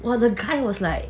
!wah! the guy was like